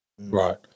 right